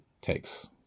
takes